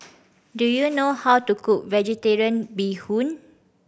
do you know how to cook Vegetarian Bee Hoon